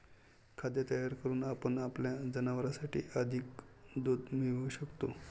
खाद्य तयार करून आपण आपल्या जनावरांसाठी अधिक दूध मिळवू शकतो